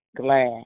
glad